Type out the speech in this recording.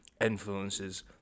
influences